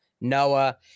Noah